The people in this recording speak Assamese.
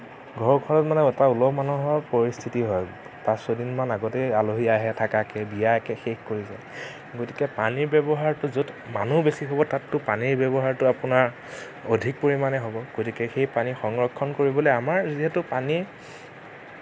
ঘৰখনত মানে এটা উলহ মালহৰ পৰিস্থিতি হয় পাঁচ ছয়দিন আগতেই আহে আলহী থকাকে বিয়া একে শেষ কৰি যায় গতিকে পানীৰ ব্যবহাৰটো য'ত মানুহ বেছি হ'ব তাতটো পানীৰ ব্যৱহাৰটো আপোনাৰ অধিক পৰিমাণে হ'ব গতিকে সেই পানী সংৰক্ষণ কৰিবলৈ আমাৰ যিহেতু পানী